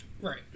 Right